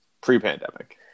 pre-pandemic